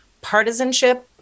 partisanship